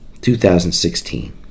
2016